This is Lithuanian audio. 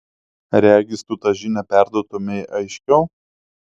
regis tu tą žinią perduotumei aiškiau